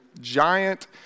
giant